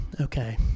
okay